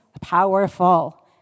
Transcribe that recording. powerful